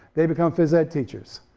they become phys ed teachers.